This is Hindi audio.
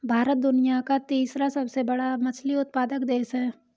भारत दुनिया का तीसरा सबसे बड़ा मछली उत्पादक देश है